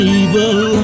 evil